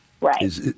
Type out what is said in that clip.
Right